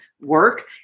work